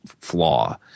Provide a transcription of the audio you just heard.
flaw